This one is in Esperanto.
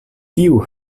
kiu